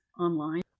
online